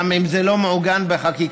גם אם זה לא מעוגן בחקיקה,